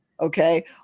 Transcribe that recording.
Okay